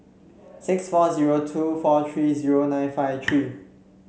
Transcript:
six four zero two four three zero nine five three